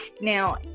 Now